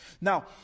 Now